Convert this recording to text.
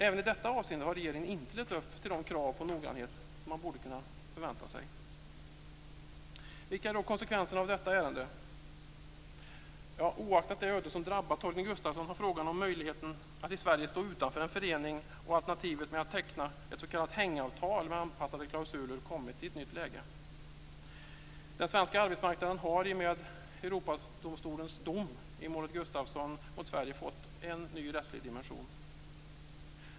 Även i detta avseende har regeringen inte levt upp till det krav på noggrannhet som man borde kunna förvänta sig. Vilka är då konsekvenserna av detta ärende? Oaktat det öde som drabbat Torgny Gustafsson har frågan om möjligheten att i Sverige stå utanför en förening och alternativet med att teckna ett s.k. hängavtal med anpassade klausuler kommit i ett nytt läge. Den svenska arbetsmarknaden har i och med Europadomstolens dom i målet Gustafsson mot Sverige fått en ny rättslig dimension.